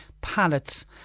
pallets